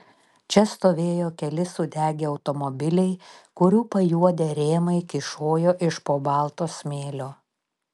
čia stovėjo keli sudegę automobiliai kurių pajuodę rėmai kyšojo iš po balto smėlio